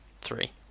three